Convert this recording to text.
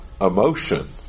emotion